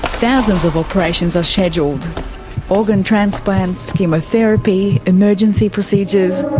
thousands of operations are scheduled organ transplants, chemotherapy, emergency procedures.